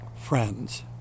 friends